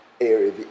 area